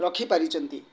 ରଖିପାରିଚନ୍ତି